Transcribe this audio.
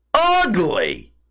Ugly